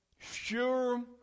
Sure